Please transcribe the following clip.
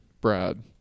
Brad